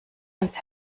ans